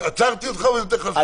עצרתי אותך ואני נותן לך לסיים.